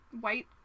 white